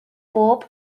bob